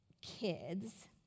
kids